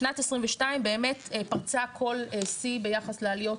שנת 2022 באמת פרצה כל שיא ביחס לעליות,